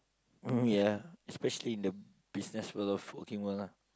mm ya especially in the business world of working world lah